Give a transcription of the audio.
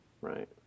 right